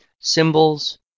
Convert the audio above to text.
symbols